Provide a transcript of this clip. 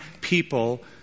people